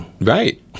Right